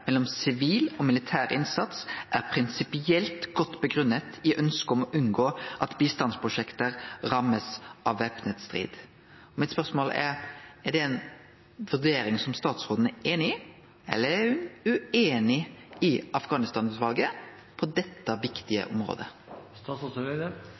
mellom sivil og militær innsats er prinsipielt godt begrunnet i ønsket om å unngå at bistandsprosjekter rammes av væpnet strid.» Mitt spørsmål er: Er det ei vurdering som statsråden er einig i, eller er ho ueinig med Afghanistan-utvalet på dette